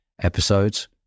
episodes